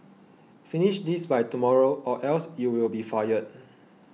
finish this by tomorrow or else you will be fired